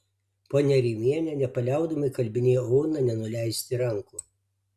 ponia rimienė nepaliaudama įkalbinėjo oną nenuleisti rankų